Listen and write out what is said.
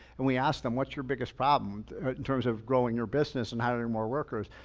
and we asked them, what's your biggest problem in terms of growing your business and hiring more workers?